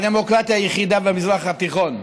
הדמוקרטיה היחידה במזרח התיכון,